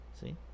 See